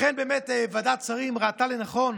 לכן, באמת, ועדת השרים ראתה לנכון